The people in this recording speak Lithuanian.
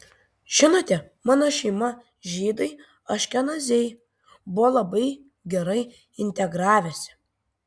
žinote mano šeima žydai aškenaziai buvo labai gerai integravęsi